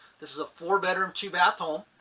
this is a four bedroom, two bath home.